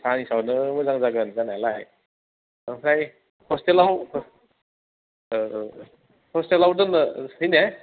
साइन्सआवनो मोजां जागोन जानायालाय आमफ्राय हस्टेलाव हस्टेलाव दोननोसै ने